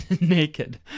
naked